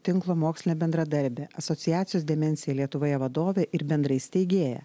tinklo mokslinė bendradarbė asociacijos demencija lietuvoje vadovė ir bendrai steigėja